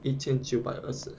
一千九百二十